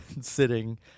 sitting